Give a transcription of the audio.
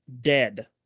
dead